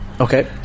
Okay